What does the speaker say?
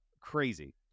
crazy